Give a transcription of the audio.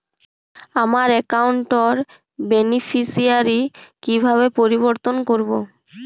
আমার অ্যাকাউন্ট র বেনিফিসিয়ারি কিভাবে পরিবর্তন করবো?